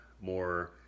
more